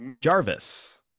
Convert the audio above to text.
Jarvis